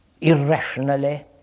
irrationally